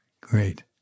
great